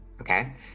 Okay